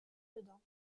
dedans